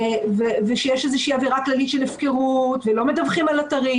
ושיש איזו אווירה כללית של הפקרות ולא מדווחים על אתרים.